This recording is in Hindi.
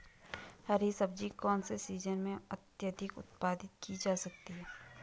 हरी सब्जी कौन से सीजन में अत्यधिक उत्पादित की जा सकती है?